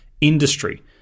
industry